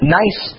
nice